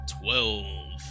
Twelve